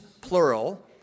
plural